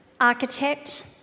architect